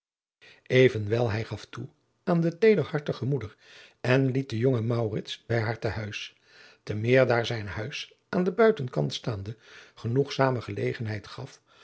hij gaf toe aan de teederhartige moeder en liet den jongen maurits bij haar te huis te meer daar zijn huis aan den buitenkant staande genoegzame gelegenheid gaf